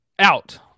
Out